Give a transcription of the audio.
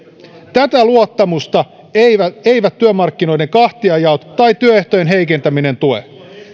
tätä luottamusta eivät eivät työmarkkinoiden kahtiajaot tai työehtojen heikentäminen tue